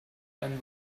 einen